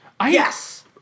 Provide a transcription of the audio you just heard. Yes